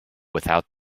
without